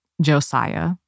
Josiah